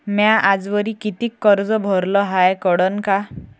म्या आजवरी कितीक कर्ज भरलं हाय कळन का?